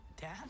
dad